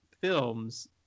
films